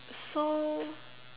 so